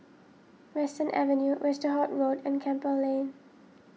Western Avenue Westerhout Road and Campbell Lane